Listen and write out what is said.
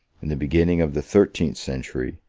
in the beginning of the thirteenth century,